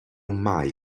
mai